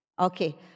Okay